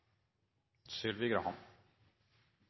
Sylvi Graham